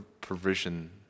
provision